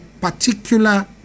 particular